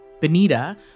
Benita